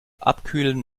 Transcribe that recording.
abkühlen